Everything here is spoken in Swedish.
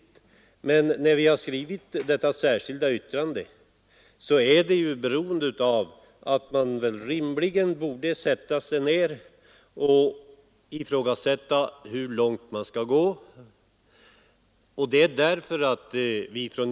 Men anledningen till att vi har skrivit detta särskilda yttrande till jordbruksutskottets betänkande är att vi anser att man bör fråga sig hur långt samhället skall gå när det gäller att subventionera priset på livsmedel.